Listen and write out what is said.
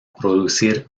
producir